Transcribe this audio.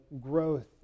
growth